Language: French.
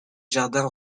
jardin